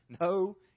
No